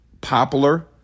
popular